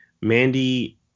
Mandy